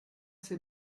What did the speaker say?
c’est